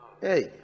hey